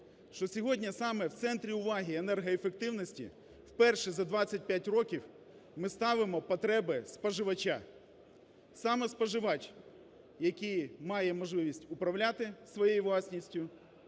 що сьогодні саме в центрі уваги енергоефективності вперше за 25 років ми ставимо потреби споживача. Саме споживач, який має можливість управляти своєю власністю,